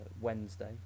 Wednesday